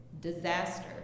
disaster